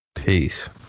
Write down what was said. Peace